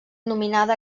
nominada